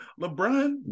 LeBron